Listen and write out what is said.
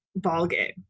ballgame